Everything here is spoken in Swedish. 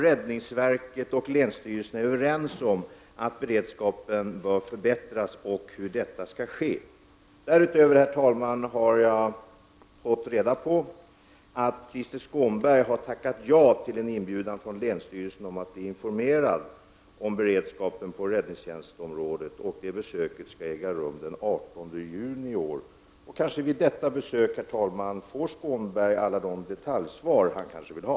Räddningsverket och länsstyrelsen är överens om att beredskapen bör förbättras och hur detta skall ske. Därutöver har jag fått reda på, herr talman, att Krister Skånberg har tackat ja till en inbjudan från länsstyrelsen om att bli informerad om beredskapen på räddningstjänstområdet. Det besöket skall äga rum den 18 juni i år. Kanske får Krister Skånberg vid detta besök alla de detaljsvar han vill ha.